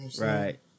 right